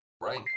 right